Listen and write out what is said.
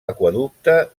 aqüeducte